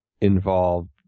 involved